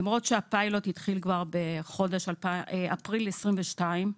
למרות שהפיילוט התחיל כבר בחודש אפריל 2022,